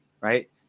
right